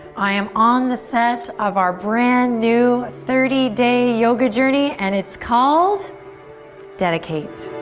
i am on the set of our brand new thirty day yoga journey and it's called dedicate.